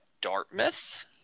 Dartmouth